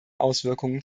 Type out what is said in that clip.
auswirkungen